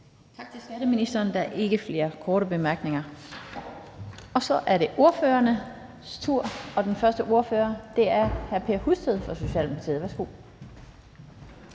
Tak til skatteministeren. Der er ikke flere korte bemærkninger. Så er det ordførernes tur, og den første ordfører er hr. Per Husted fra Socialdemokratiet. Værsgo.